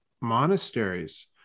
monasteries